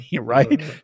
right